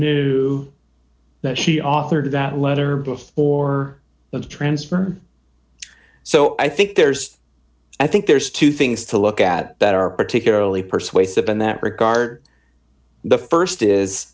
knew that she authored that letter before the transfer so i think there's i think there's two things to look at that are particularly persuasive in that regard the st is